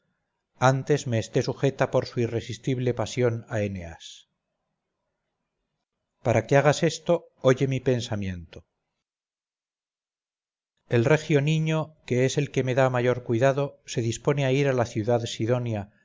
antes me esté sujeta por su irresistible pasión a eneas para que hagas esto oye mi pensamiento el regio niño que es el que me da mayor cuidado se dispone a ir a la ciudad sidonia